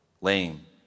lame